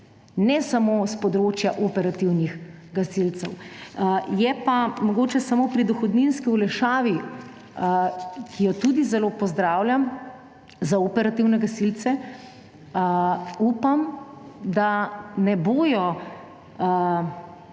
Ne samo s področja operativnih gasilcev. Mogoče samo pri dohodninski olajšavi, ki jo tudi zelo pozdravljam, za operativne gasilce, upam, da ne bodo